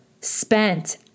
spent